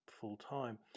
full-time